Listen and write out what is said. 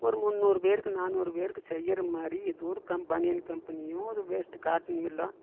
ஒரு முன்னூறு பேருக்கு நானூறு பேருக்குச் செய்கிற மாதிரி எதோவொரு க பனியன் கம்பெனியோ அது வேஸ்ட்டு காட்டன் மில்